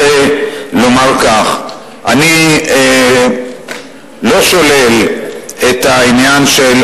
אני לא שולל את העניין של,